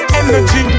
energy